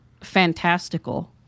fantastical